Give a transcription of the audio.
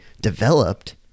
developed